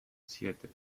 siete